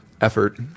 effort